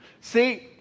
See